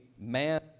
man